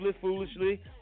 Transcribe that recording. foolishly